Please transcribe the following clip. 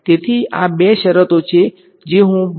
તેથી આ બે શરતો છે જે હું બરાબર કરવા જઈ રહ્યો છું